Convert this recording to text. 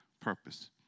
purpose